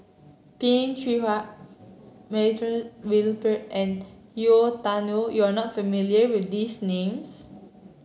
Peh Chin Hua Montague William Pett and Yau Tian Yau you are not familiar with these names